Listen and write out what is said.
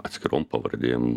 atskirom pavardėm